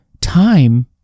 time